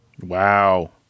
Wow